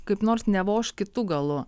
kaip nors nevoš kitu galu